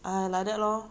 ah like that lor